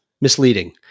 misleading